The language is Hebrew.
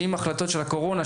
ואם ההחלטות של הקורונה,